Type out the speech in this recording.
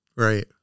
Right